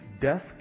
death